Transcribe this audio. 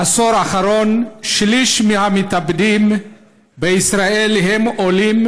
בעשור האחרון שליש מהמתאבדים בישראל הם עולים,